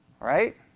right